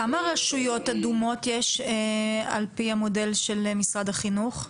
כמה רשויות אדומות יש על פי המודל של משרד החינוך?